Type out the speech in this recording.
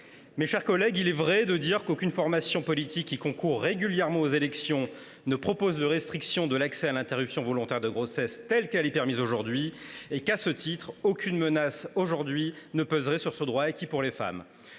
Mes chers collègues, il est vrai de dire qu’aucune formation politique qui concourt régulièrement aux élections ne propose de restreindre l’accès à l’interruption volontaire de grossesse telle qu’elle est permise aujourd’hui et que, à ce titre, aucune menace ne pèserait actuellement sur ce droit acquis pour les femmes.